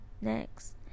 next